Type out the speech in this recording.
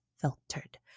filtered